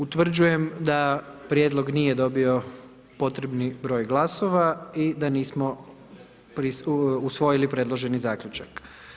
Utvrđujem da prijedlog nije dobio potrebni broj glasova i da nismo usvojili predloženi zaključak.